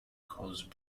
cause